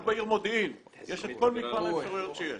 רק בעיר מודיעין יש את כל מגוון האפשרויות שיש